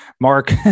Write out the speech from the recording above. Mark